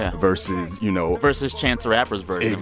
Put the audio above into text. ah versus, you know. versus chance the rapper's version of